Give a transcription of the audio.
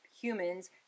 humans